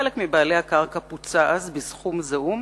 חלק מבעלי הקרקע פוצו אז בסכום זעום